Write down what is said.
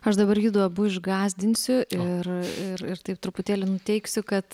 aš dabar judu abu išgąsdinsiu ir ir ir taip truputėlį nuteiksiu kad